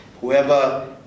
Whoever